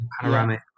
panoramic